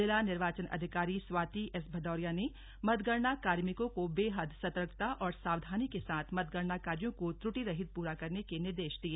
जिला निर्वाचन अधिकारी स्वाति एस भदौरिया ने मतगणना कार्मिको को बेहद सर्तकता और सावधानी के साथ मतगणना कार्यों को त्रुटिरहित पूरा करने के निर्देश दिए